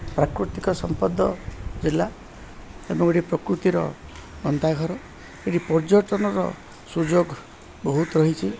ପ୍ରାକୃତିକ ସମ୍ପଦ ଜିଲ୍ଲା ତେଣୁ ଏଠି ପ୍ରକୃତିର ଅନ୍ତାଘର ଏଠି ପର୍ଯ୍ୟଟନର ସୁଯୋଗ ବହୁତ ରହିଛି